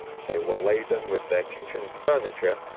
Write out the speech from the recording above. they were laden with their kitchen furniture,